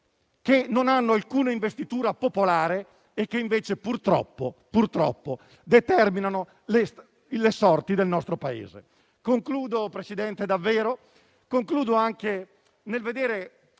che non hanno alcuna investitura popolare e che invece, purtroppo, determinano le sorti del nostro Paese. Signor Presidente, concludo con qualche